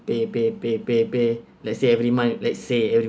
pay pay pay pay pay let's say every month let's say every